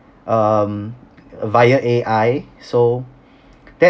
um via A_I so that